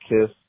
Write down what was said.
kiss